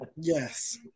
Yes